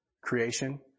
Creation